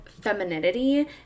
femininity